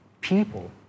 people